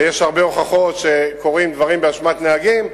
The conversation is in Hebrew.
ויש הרבה הוכחות שקורים דברים באשמת נהגים,